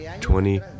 Twenty